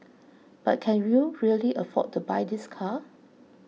but can you really afford to buy this car